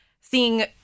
seeing